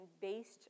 based